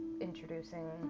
introducing